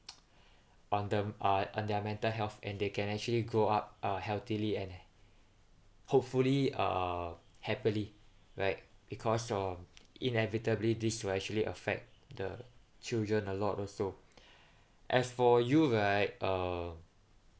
on them uh on their mental health and they can actually grow up uh healthily and hopefully uh happily right because uh inevitably this will actually affect the children a lot also as for you right um